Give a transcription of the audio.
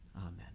Amen